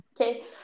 Okay